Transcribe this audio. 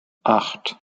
acht